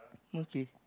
okay